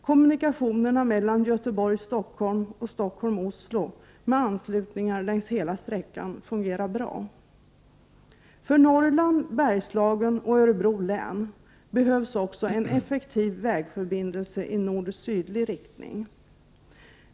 Kommunikationerna Göteborg-Stockholm och Stockholm-Oslo med anslutningar längs hela sträckan fungerar bra. För Norrland, Bergslagen och Örebro län behövs också en effektiv vägförbindelse i nord-sydlig riktning.